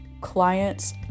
clients